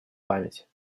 память